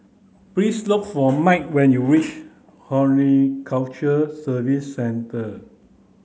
please look for Mike when you reach Horticulture Services Centre